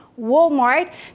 Walmart